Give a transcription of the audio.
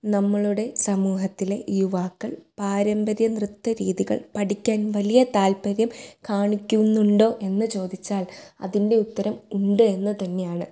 നമ്മളുടെ സമൂഹത്തിലെ യുവാക്കൾ പാരമ്പര്യ നൃത്ത രീതികൾ പഠിക്കാൻ വലിയ താൽപ്പര്യം കാണിക്കുന്നുണ്ടോ എന്ന് ചോദിച്ചാൽ അതിൻ്റെ ഉത്തരം ഉണ്ട് എന്ന് തന്നെയാണ്